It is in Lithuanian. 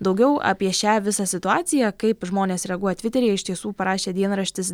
daugiau apie šią visą situaciją kaip žmonės reaguoja tviteryje iš tiesų parašė dienraštis